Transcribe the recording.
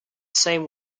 same